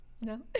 No